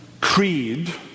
Creed